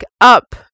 up